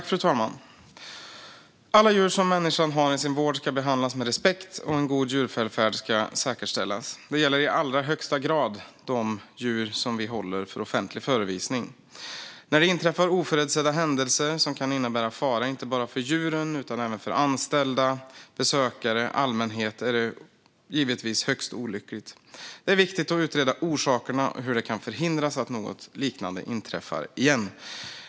Fru talman! Alla djur som människan har i sin vård ska behandlas med respekt, och en god djurvälfärd ska säkerställas. Detta gäller i allra högsta grad de djur som vi håller för offentlig förevisning. När det inträffar oförutsedda händelser som kan innebära fara, inte bara för djuren utan även för anställda, besökare och allmänhet, är det givetvis högst olyckligt. Det är viktigt att utreda orsakerna och hur det kan förhindras att något liknande inträffar igen.